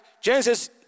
Genesis